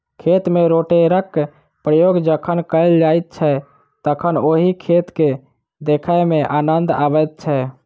खेत मे रोटेटरक प्रयोग जखन कयल जाइत छै तखन ओहि खेत के देखय मे आनन्द अबैत छै